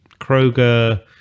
Kroger